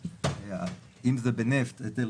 אם זה בנפט היטל